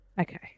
okay